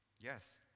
yes